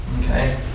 Okay